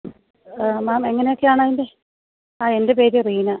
മേം എങ്ങനൊക്കെയാണതിൻ്റെ ആ എൻ്റെ പേര് റീന